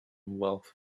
wealth